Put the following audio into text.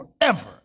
forever